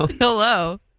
Hello